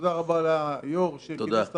תודה ליו"ר שכינס את